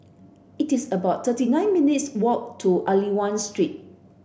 it is about thirty nine minutes' walk to Aliwal Street